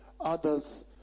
others